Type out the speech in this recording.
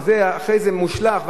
וזה אחרי זה מושלך,